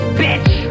bitch